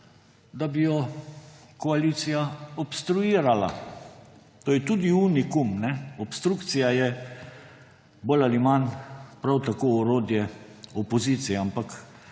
da bi jo koalicija obstruirala. To je tudi unikum, obstrukcija je bolj ali manj prav tako orodje opozicije, ampak